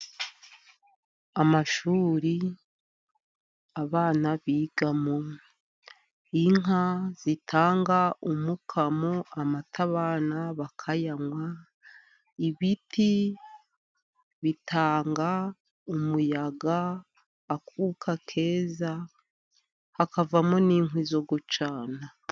Amashuri abana bigamo, inka zitanga umukamo, amata abana bakayanywa, ibiti bitanga umuyaga, akuka keza, hakavamo n'inkwi zo gucana.